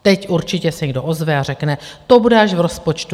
Teď určitě se někdo ozve a řekne, to bude až v rozpočtu.